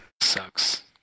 sucks